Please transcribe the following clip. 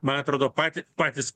man atrodo pati patys